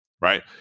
right